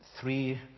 three